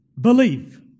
believe